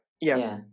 yes